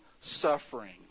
suffering